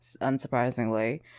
Unsurprisingly